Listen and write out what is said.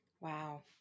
Wow